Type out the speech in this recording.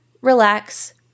Relax